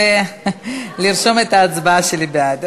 בבקשה לרשום את ההצבעה שלי בעד.